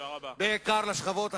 בעיקר לשכבות החלשות.